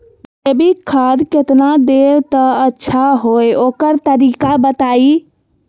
जैविक खाद केतना देब त अच्छा होइ ओकर तरीका बताई?